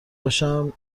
باشم